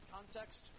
Context